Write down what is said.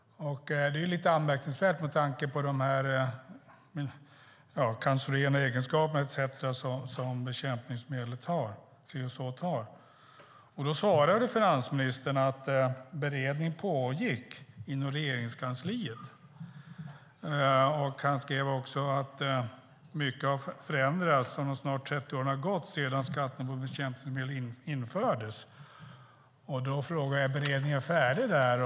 Det är anmärkningsvärt med tanke på de cancerogena egenskaper etcetera som bekämpningsmedlet kreosot har. Finansministern svarade att beredning pågick inom Regeringskansliet. Han skrev också att mycket har förändrats under de snart 30 år som har gått sedan skatten på bekämpningsmedel infördes. Jag vill fråga om beredningen är färdig.